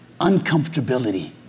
uncomfortability